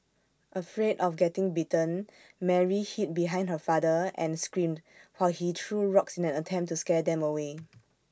afraid of getting bitten Mary hid behind her father and screamed while he threw rocks in an attempt to scare them away